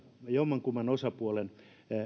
jommankumman osapuolen